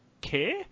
care